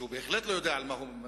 שהוא בהחלט לא יודע על מה הוא מצביע,